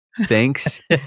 thanks